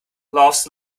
laughs